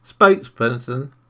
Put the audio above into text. spokesperson